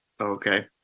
Okay